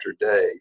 day